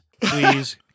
please